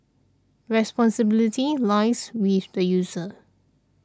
responsibility lies with the user